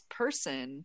person